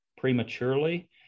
prematurely